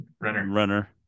Runner